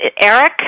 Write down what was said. Eric